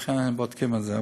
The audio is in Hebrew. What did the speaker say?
ולכן בודקים את זה.